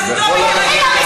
בתי-קפה.